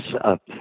up